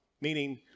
Meaning